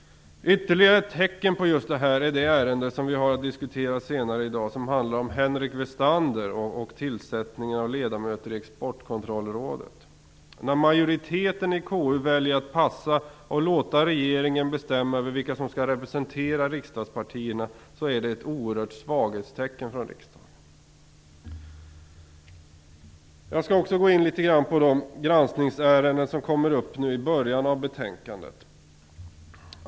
Ytterligare ett tecken på detta är det ärende som vi har att diskutera senare i dag som handlar om Henrik Westander och tillsättandet av ledamöter i Exportkontrollrådet. Att majoriteten i KU väljer att passa och låta regeringen bestämma över vilka som skall representera riksdagspartierna är ett tecken på en oerhörd svaghet hos riksdagen. Jag skall också gå in litet grand på de granskningsärenden som kommer upp nu i början av betänkandet.